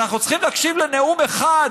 אנחנו צריכים להקשיב לנאום אחד,